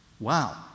wow